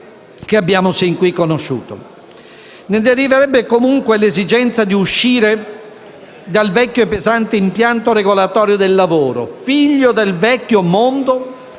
Ne deriverebbe quindi l'esigenza di uscire dal vecchio e pesante impianto regolatore del lavoro, figlio del vecchio mondo,